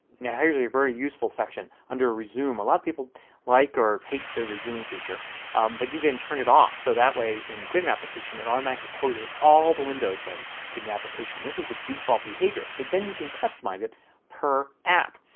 now here is a very useful section under resume. a lot of people like or hate the resume feature but you can turn it off. so that way when you quick an application it automatically closes all the windows when you quick the application. this is the default behavior. but then you can customize it per app.